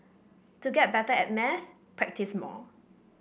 to get better at maths practise more